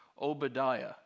Obadiah